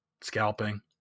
scalping